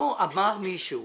לא אמר מישהו